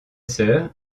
sœurs